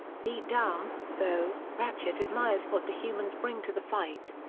deep down, though, ratchet admires what the humans bring to the fight.